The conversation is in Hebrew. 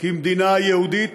כמדינה יהודית